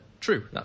true